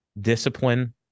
discipline